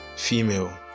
female